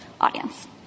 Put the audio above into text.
audience